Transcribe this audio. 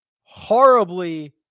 horribly